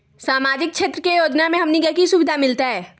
सामाजिक क्षेत्र के योजना से हमनी के की सुविधा मिलतै?